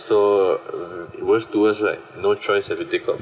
so worse to worse right no choice have to take out